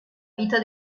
vita